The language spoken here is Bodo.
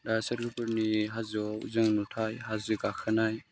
दा सोरगोफुरिनि हाजोआव जों नुथाय हाजो गाखोनाय